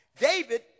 David